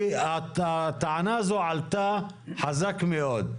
כי הטענה הזאת עלתה חזק מאוד.